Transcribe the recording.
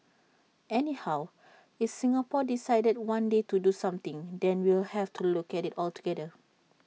anyhow if Singapore decided one day to do something then we'll have to look at IT altogether